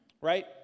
right